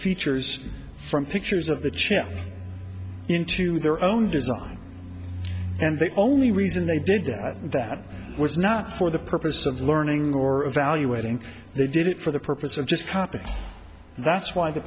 features from pictures of the chip into their own design and the only reason they didn't have that was not for the purpose of learning or evaluating they did it for the purpose of just copying and that's why the